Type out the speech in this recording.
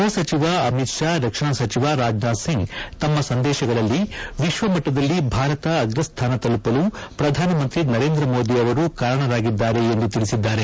ಗೃಹಸಚಿವ ಅಮಿತ್ ಶಾ ರಕ್ಷಣಾ ಸಚಿವ ರಾಜನಾಥ್ ಸಿಂಗ್ ತಮ್ನ ಸಂದೇಶಗಳಲ್ಲಿ ವಿಶ್ವಮಟ್ಟದಲ್ಲಿ ಭಾರತ ಅಗ್ರಸ್ಥಾನ ತಲುಪಲು ಪ್ರಧಾನಿ ಮೋದಿ ಅವರು ಕಾರಣರಾಗಿದ್ದಾರೆ ಎಂದು ತಿಳಿಸಿದ್ದಾರೆ